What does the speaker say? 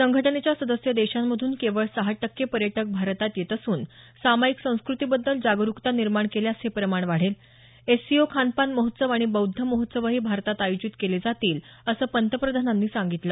संघटनेच्या सदस्य देशांमधून केवळ सहा टक्के पर्यटक भारतात येत असून सामायिक संस्कृती बद्दल जागरुकता निर्माण केल्यास हे प्रमाण वाढेल शांघाय सहकार्य संघटनेच्या सदस्य देशांतले खानपान महोत्सव आणि बौद्ध महोत्सवही भारतात आयोजित केले जातील असं पंतप्रधानांनी सांगितलं